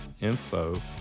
info